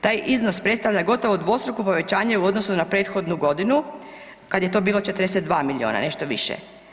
Taj iznos predstavlja gotovo dvostruko povećanje u odnosu na prethodnu godinu kada je to bilo 42 milijuna nešto više.